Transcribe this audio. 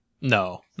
No